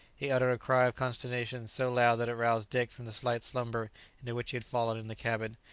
he uttered a cry of consternation so loud that it roused dick from the light slumber into which he had fallen in the cabin,